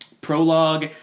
prologue